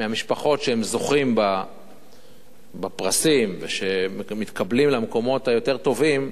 שמהן זוכים בפרסים ומתקבלים למקומות היותר טובים,